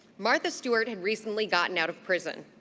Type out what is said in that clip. martha stewart had recently gotten out of prison.